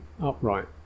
upright